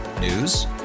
News